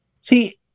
See